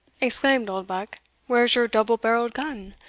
exclaimed oldbuck where is your double-barrelled gun,